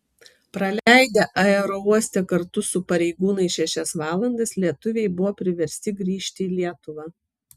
praleidę aerouoste kartu su pareigūnais šešias valandas lietuviai buvo priversti grįžti į lietuvą